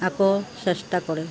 আকৌ চেষ্টা কৰে